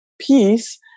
peace